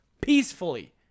Peacefully